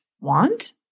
want